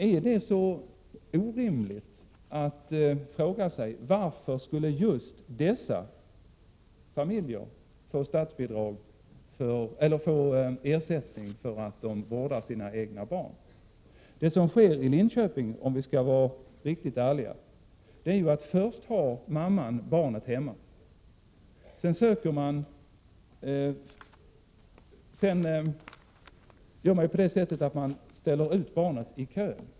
Är det så orimligt att fråga sig: Varför skulle just dessa familjer få ersättning för att de vårdar sina egna barn? Om vi skall vara riktigt ärliga måste vi beskriva det som sker i Linköping på följande sätt. Först har mamman barnet hemma. Sedan sätter man upp barnet i barnomsorgskön.